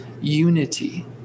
unity